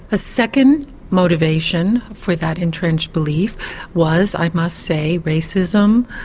a second motivation for that entrenched belief was i must say racism,